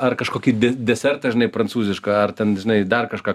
ar kažkokį desertą žinai prancūzišką ar ten žinai dar kažką